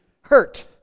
hurt